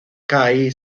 kai